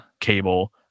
cable